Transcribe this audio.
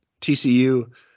TCU